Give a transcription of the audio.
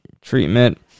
Treatment